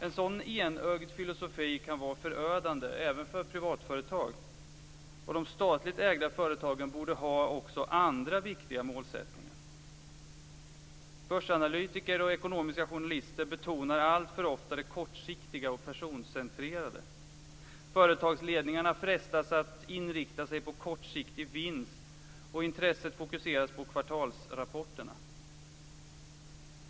En sådan enögd filosofi kan vara förödande, även för privatföretag, och de statligt ägda företagen borde ha också andra viktiga målsättningar. Börsanalytiker och ekonomiska journalister betonar alltför ofta det kortsiktiga och personcentrerade. Företagsledningarna frestas att inrikta sig på kortsiktig vinst, och intresset fokuseras på kvartalsrapporterna.